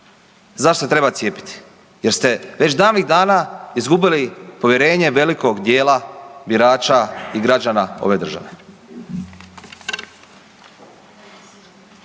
zašto se treba cijepiti jer ste već davnih dana izgubili povjerenje velikog djela birača i građana ove države.